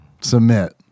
Submit